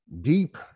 deep